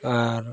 ᱟᱨ